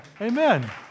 amen